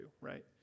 right